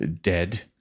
dead